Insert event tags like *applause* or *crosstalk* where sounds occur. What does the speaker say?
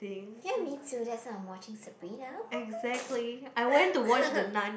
hear me too that's why I'm watching Sabrina *laughs*